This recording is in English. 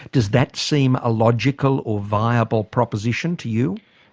does that seem a logical or viable proposition to you?